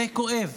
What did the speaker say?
זה כואב.